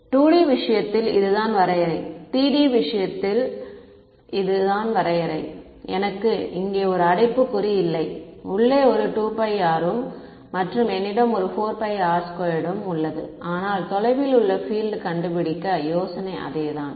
2D விஷயத்தில் இது தான் வரையறை 3D விஷயத்தில் இது தான் வரையறை எனக்கு இங்கே ஒரு அடைப்புக்குறி இல்லை உள்ளே ஒரு 2πr ம் மற்றும் என்னிடம் ஒரு 4r 2 உள்ளது ஆனால் தொலைவில் உள்ள பீல்ட் கண்டுபிடிக்க யோசனை அதே தான்